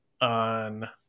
on